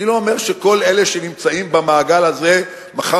אני לא אומר שכל אלה שנמצאים במעגל הזה מחר